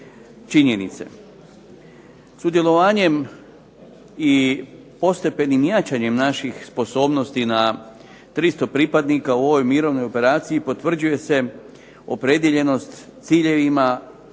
činjenice. Sudjelovanjem i postepenim jačanjem naših sposobnosti na 300 pripadnika u ovoj mirovnoj operaciji potvrđuje se opredijeljenost ciljevima